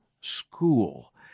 school